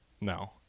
No